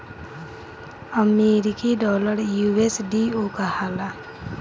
अमरीकी डॉलर यू.एस.डी.ओ कहाला